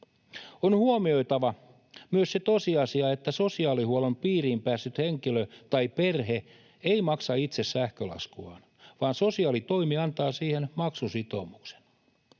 On huomioitava myös se tosiasia, että sosiaalihuollon piiriin päässyt henkilö tai perhe ei maksa itse sähkölaskuaan vaan sosiaalitoimi antaa siihen maksusitoumuksen.